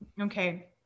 Okay